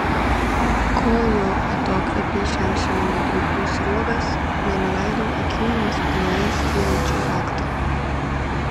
kol jo atokvėpiai šiaušė mano plaukų sruogas nenuleidau akių nuo spynoje styrančio rakto